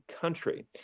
country